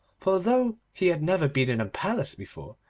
for though he had never been in a palace before,